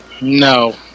no